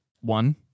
one